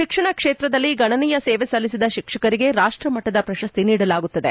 ಶಿಕ್ಷಣ ಕ್ಷೇತ್ರದಲ್ಲಿ ಗಣನೀಯ ಸೇವೆ ಸಲ್ಲಿಸಿದ ಶಿಕ್ಷಕರಿಗೆ ರಾಷ್ಟಮಟ್ಟದ ಪ್ರಶಸ್ತಿಯನ್ನು ನೀಡಲಾಗುತ್ತದೆ